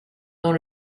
dans